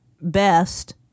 best